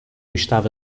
estava